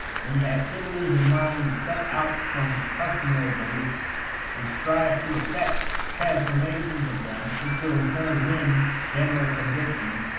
when the activities of mind set out from customary beliefs and strive to effect transformations of them which will in turn win general conviction,